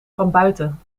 vanbuiten